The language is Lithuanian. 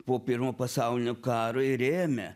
po pirmo pasaulinio karo ir ėmė